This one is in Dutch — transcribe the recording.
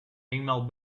eenmaal